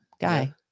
guy